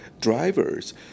drivers